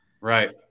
right